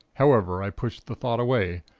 however, i pushed the thought away,